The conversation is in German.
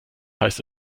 heißt